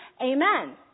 Amen